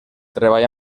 treball